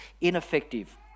ineffective